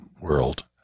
world